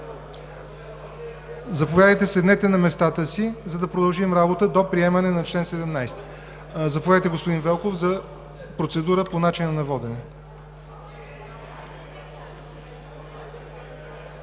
Заповядайте, седнете на местата си, за да продължим работа до приемане на чл. 17. Заповядайте, господин Велков, за процедура по начина на водене.